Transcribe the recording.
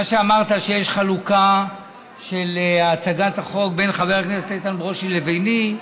מה שאמרת שיש חלוקה של הצגת החוק בין חבר הכנסת איתן ברושי לביני,